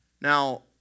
Now